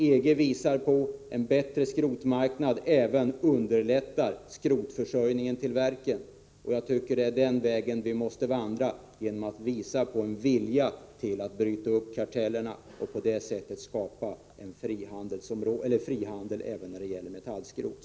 EG visar på att en bättre skrotmarknad även underlättar skrotförsörjningen till verken, och jag tycker det är den vägen vi måste vandra genom att visa en vilja att bryta upp kartellerna och på det sättet skapa en frihandel även när det gäller metallskrot.